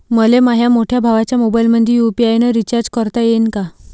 मले माह्या मोठ्या भावाच्या मोबाईलमंदी यू.पी.आय न रिचार्ज करता येईन का?